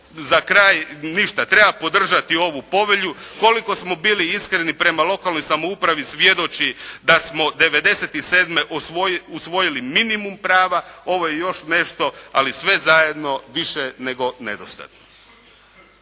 za kraj, ništa treba podržati ovu povelju, koliko smo bili iskreni prema lokalnoj samoupravi svjedoči da smo '97. usvojili minimum prava, ovo je još nešto, ali sve zajedno više nego nedostatno.